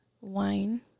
Wine